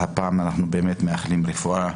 אנחנו מאחלים רפואה